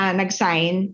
nag-sign